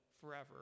forever